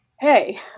hey